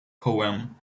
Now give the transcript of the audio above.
poem